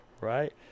right